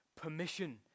permission